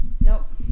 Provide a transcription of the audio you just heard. nope